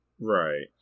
Right